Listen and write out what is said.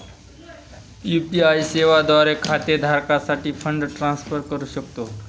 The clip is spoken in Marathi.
यू.पी.आय सेवा द्वारे खाते धारकासाठी फंड ट्रान्सफर करू शकतो